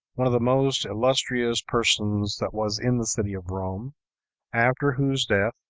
one of the most illustrious persons that was in the city of rome after whose death,